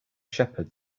shepherd